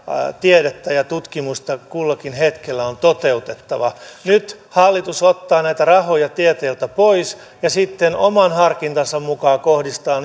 tiedettä ja tutkimusta kullakin hetkellä on toteutettava nyt hallitus ottaa näitä rahoja tieteeltä pois ja sitten oman harkintansa mukaan kohdistaa